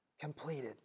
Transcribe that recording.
Completed